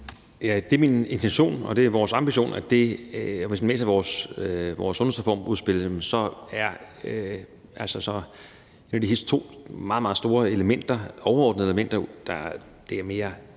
det er min intention, og det er vores ambition. Og hvis man læser vores sundhedsreformudspil, er de to store overordnede elementer mere nærhed,